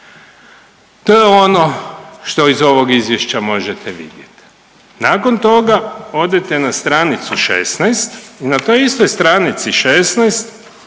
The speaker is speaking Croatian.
To je ono što iz ovog izvješća možete vidjeti. Nakon toga odite na stranicu 16 i na toj istoj stranici 16